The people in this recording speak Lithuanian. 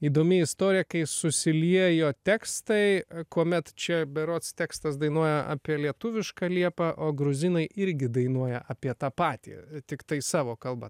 įdomi istorija kai susiliejo tekstai kuomet čia berods tekstas dainuoja apie lietuvišką liepą o gruzinai irgi dainuoja apie tą patį tiktai savo kalba